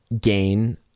gain